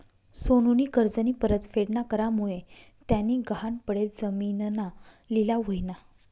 सोनूनी कर्जनी परतफेड ना करामुये त्यानी गहाण पडेल जिमीनना लिलाव व्हयना